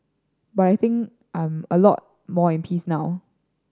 but I think I'm a lot more at peace now